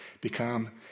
become